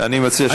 אני מציע שגם,